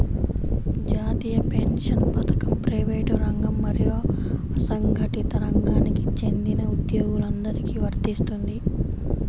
జాతీయ పెన్షన్ పథకం ప్రైవేటు రంగం మరియు అసంఘటిత రంగానికి చెందిన ఉద్యోగులందరికీ వర్తిస్తుంది